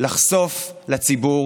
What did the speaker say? לחשוף לציבור